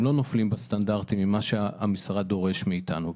לא נופלים בסטנדרטים ממה שהמשרד דורש מאתנו.